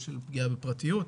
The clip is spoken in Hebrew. של פגיעה בפרטיות,